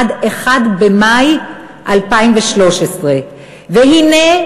עד 1 במאי 2013. והנה,